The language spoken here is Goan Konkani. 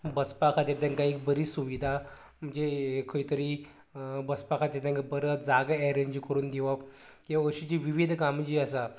बसपा खतीर तेंका एख बरी सुविधा म्हणजे खंय तरी बसपा खातीर तेंका बरें जागे एरेंज करून दिवप ते गोश्टी विविध काम जें आसा